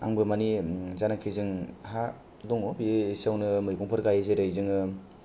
आं बो माने जायनाखि जों हा दङ बे एसे आवनो मैगंफोर गायो जेरै जोङो